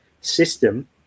system